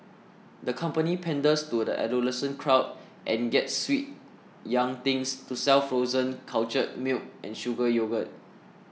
the company panders to the adolescent crowd and gets sweet young things to sell frozen cultured milk and sugar yogurt